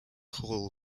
hall